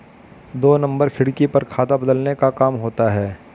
दो नंबर खिड़की पर खाता बदलने का काम होता है